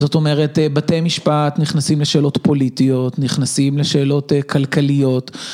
זאת אומרת, בתי משפט נכנסים לשאלות פוליטיות, נכנסים לשאלות כלכליות.